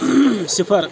صِفَر